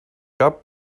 cap